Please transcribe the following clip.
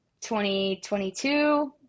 2022